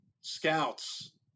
scouts